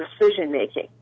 decision-making